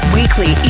weekly